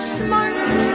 smart